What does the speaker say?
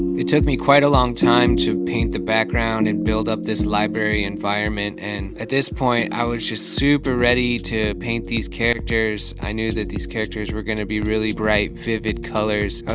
it took me quite a long time to paint the background and build up this library environment and at this point i was just super ready to paint these characters i knew that these characters are gonna be really bright vivid colors,